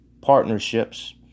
partnerships